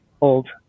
old